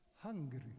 hungry